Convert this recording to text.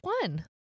one